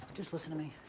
just listen to me?